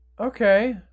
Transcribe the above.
Okay